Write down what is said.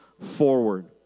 forward